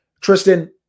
Tristan